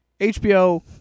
HBO